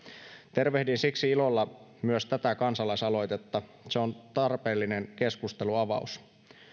tervehdin siksi ilolla myös tätä kansalaisaloitetta se on tarpeellinen keskustelunavaus